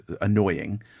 annoying